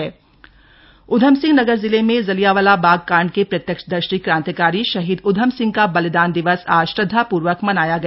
लिदान दिवस उधमसिंह नगर जिले में जलियांवाला बाग काण्ड के प्रत्यक्षदर्शी क्रान्तिकारी शहीद उधम सिंह का बलिदान दिवस आज श्रद्वापूर्वक मनाया गया